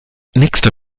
nächster